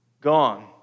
gone